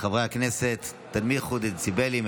חברי הכנסת, תנמיכו דציבלים.